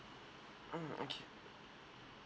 mm okay